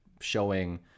showing